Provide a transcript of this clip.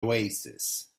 oasis